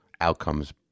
outcomes